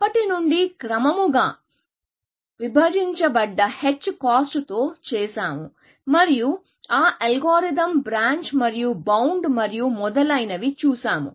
అప్పటి నుండిక్రమముగా విభాగించబడ్డ h కాస్ట్ తో చేసాము మరియు ఆ అల్గోరిథం బ్రాంచ్ మరియు బౌండ్ మరియు మొదలైనవి చూశాము